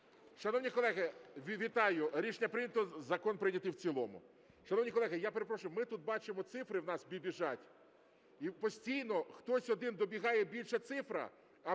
Шановні колеги, вітаю. Рішення прийнято. Закон прийнятий в цілому. Шановні колеги, я перепрошую, ми тут бачимо цифри, в нас біжать, і постійно хтось один... добігає більше цифра,